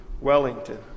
Wellington